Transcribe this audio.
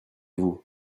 vous